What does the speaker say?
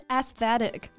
aesthetic